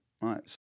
right